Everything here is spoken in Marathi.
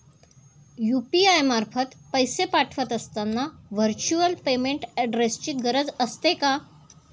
यु.पी.आय मार्फत पैसे पाठवत असताना व्हर्च्युअल पेमेंट ऍड्रेसची गरज असते का?